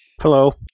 Hello